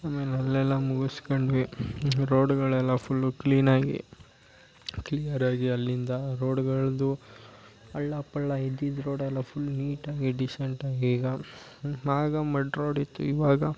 ಆಮೇಲೆ ಅಲ್ಲೆಲ್ಲ ಮುಗಿಸ್ಕೊಂಡ್ವಿ ರೋಡುಗಳೆಲ್ಲ ಫುಲ್ಲು ಕ್ಲೀನಾಗಿ ಕ್ಲಿಯರಾಗಿ ಅಲ್ಲಿಂದ ರೋಡುಗಳ್ದು ಹಳ್ಳ ಪಳ್ಳ ಇದ್ದಿದ್ ರೋಡೆಲ್ಲ ಫುಲ್ ನೀಟಾಗಿ ಡೀಸೆಂಟಾಗಿ ಈಗ ಆಗ ಮಡ್ ರೋಡ್ ಇತ್ತು ಇವಾಗ